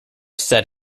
said